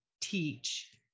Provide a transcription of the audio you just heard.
teach